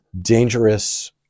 dangerous